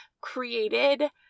created